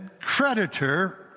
creditor